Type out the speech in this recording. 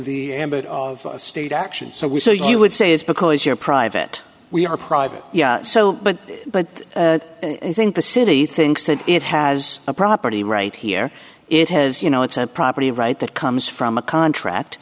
the ambit of state action so we so you would say it's because you're private we are private so but but i think the city thinks that it has a property right here it has you know it's a property right that comes from a contract